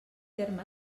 terme